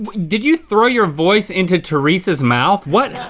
did you throw your voice into teresa's mouth? what?